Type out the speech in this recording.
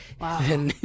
Wow